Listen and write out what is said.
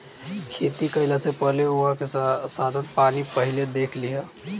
खेती कईला से पहिले उहाँ के साधन पानी पहिले देख लिहअ